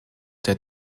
der